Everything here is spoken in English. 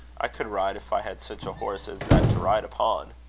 i could ride, if i had such a horse as that to ride upon.